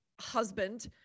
husband